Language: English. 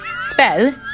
spell